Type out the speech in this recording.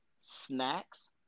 Snacks